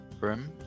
room